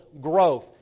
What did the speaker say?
growth